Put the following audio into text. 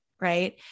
Right